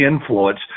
influence